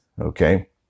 okay